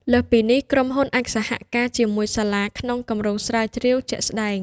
លើសពីនេះ ក្រុមហ៊ុនអាចសហការជាមួយសាលាក្នុង គម្រោងស្រាវជ្រាវ ជាក់ស្តែង។